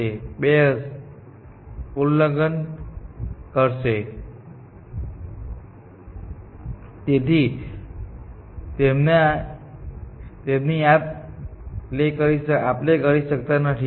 હવે જો તમે આ 8 પઝલ ને હલ કરી હોય તો તમે જાણો છો કે તમે તેમની આપ લે કરી શકતા નથી